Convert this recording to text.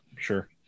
Sure